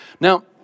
Now